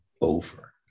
over